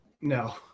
no